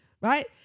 right